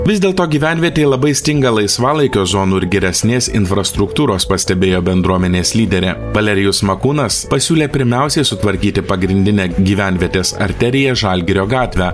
vis dėlto gyvenvietei labai stinga laisvalaikio zonų ir geresnės infrastruktūros pastebėjo bendruomenės lyderė valerijus makūnas pasiūlė pirmiausiai sutvarkyti pagrindinę gyvenvietės arteriją žalgirio gatvę